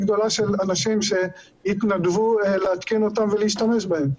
גדול של אנשים שיתנדבו להתקין אותם ולהשתמש בהם.